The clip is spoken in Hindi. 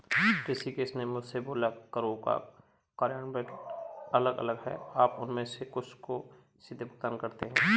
ऋषिकेश ने मुझसे बोला करों का कार्यान्वयन अलग अलग है आप उनमें से कुछ को सीधे भुगतान करते हैं